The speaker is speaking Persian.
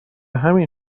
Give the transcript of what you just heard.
همین